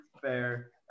fair